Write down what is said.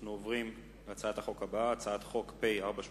אנחנו עוברים להצעת החוק הבאה, הצעת חוק פ/481,